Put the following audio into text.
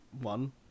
one